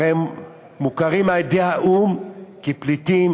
הרי הם מוכרים על-ידי האו"ם כפליטים.